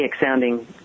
sounding